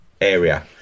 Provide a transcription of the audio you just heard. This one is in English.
area